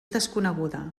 desconeguda